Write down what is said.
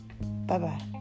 Bye-bye